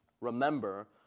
Remember